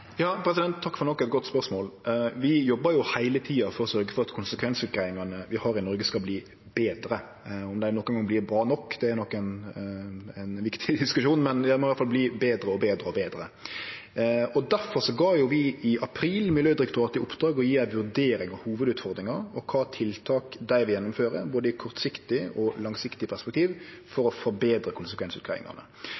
Takk for nok eit godt spørsmål. Vi jobbar heile tida for å sørgje for at konsekvensutgreiingane vi har i Noreg, skal verte betre. Om dei nokon gong vert bra nok, er nok ein viktig diskusjon, men dei må i alle fall verte betre og betre. Difor gav vi i april Miljødirektoratet i oppdrag å gje ei vurdering av hovudutfordringar og kva tiltak dei vil gjennomføre, både i eit kortsiktig og eit langsiktig perspektiv, for